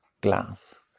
glass